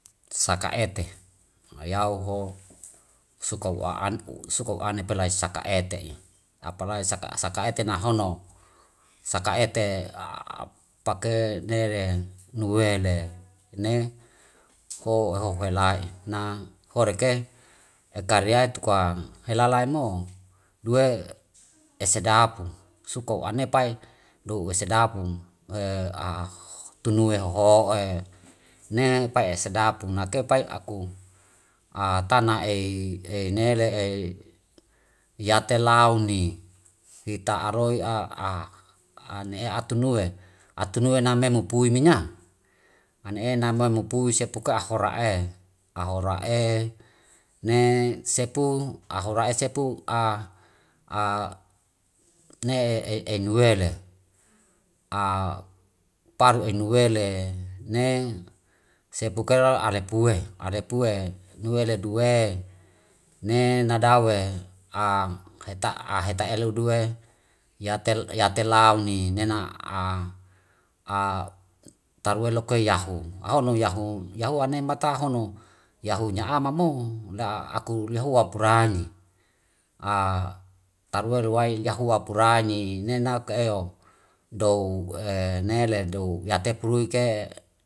Saka ete wayao ho suka au an'u, suka'u ane spelai saka ete'i apalai saka ete na hono saka ete pake neren nuele ne ho eho hoe lai'e na hore ke ekarya tuka hela lai mo due esedap suka'u ane pai do wasedapu tunue hohoe ne pai esedapu nai ke pai aku tana ei ei nele ei yate launi ita roi ane'e atu nue, atu nue name pui menya ane ena ma mopui sepuka ahora'e. Ahora'e ne sepu ahora'e sepu ne ei nuele, paru ei nuele ne sepukera ale pue, ale pue nuele due nena dau'e heta'a leu due yate launi nena tarue lokei yahu. Ahono yahu, yahu anena mata hono nya amomo la aku lehua purani tarue luwai yahua puraini nenake eho dou nele dou yate pului ke.